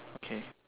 okay